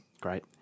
Great